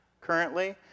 currently